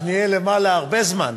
נהיה למעלה הרבה זמן.